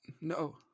no